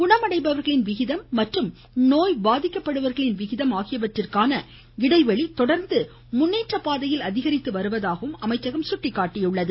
குணமடைபவர்களின் விகிதம் மற்றும் நோய் பாதிக்கப்படுபவர்களின் விகிகம் ஆகியவற்றுக்கான இடைவெளி தொடர்ந்து முன்னேற்ற பாதையில் அதிகரித்து வருவதாகவும் அமைச்சகம் அறிவித்துள்ளது